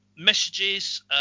Messages